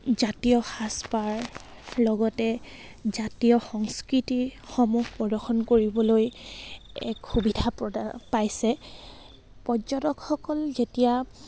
জাতীয় সাজপাৰ লগতে জাতীয় সংস্কৃতিসমূহ প্ৰদৰ্শন কৰিবলৈ এক সুবিধা প্ৰদা পাইছে পৰ্যটকসকল যেতিয়া